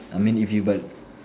I mean if you but